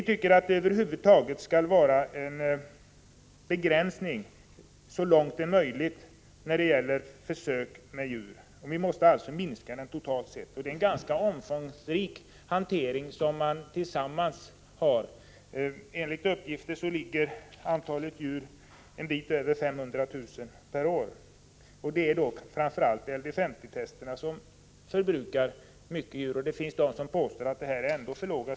Vi tycker att det över huvud taget skall vara en begränsning så långt det är möjligt av försök med djur. Vi måste alltså minska försöken totalt sett. Detta är en ganska omfångsrik hantering. Enligt uppgift är antalet djur en bit över 500 000 per år. Det är framför allt LD 50-testerna som förbrukar många djur. Det finns de som påstår att dessa siffror är för låga.